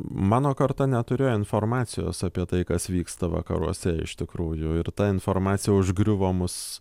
mano karta neturėjo informacijos apie tai kas vyksta vakaruose iš tikrųjų ir ta informacija užgriuvo mus